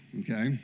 okay